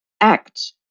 act